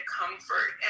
comfort